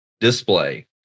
display